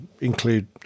include